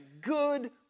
good